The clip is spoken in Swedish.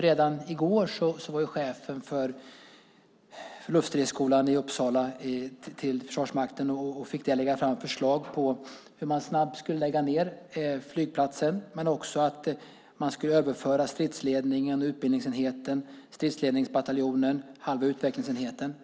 Redan i går var chefen för Luftstridsskolan i Uppsala hos Försvarsmakten och fick där lägga fram förslag på hur man snabbt skulle lägga ned flygplatsen och också att man skulle överföra stridsledningen, utbildningsenheten, stridsledningsbataljonen och halva utvecklingsenheten.